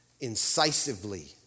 incisively